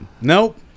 Nope